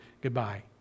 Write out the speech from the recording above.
Goodbye